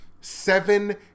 Seven